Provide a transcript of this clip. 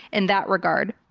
and that regard?